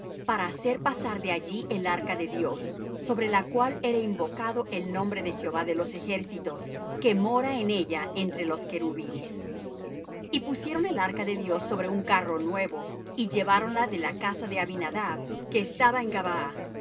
para hacer pasar de allí el arca de dios sobre la cual era invocado el nombre de jehová de los ejércitos que mora en ella entre los querubines y pusieron el arca de dios sobre un carro nuevo y lleváronla de la casa de abinadab que estaba